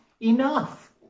enough